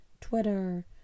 Twitter